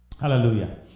Hallelujah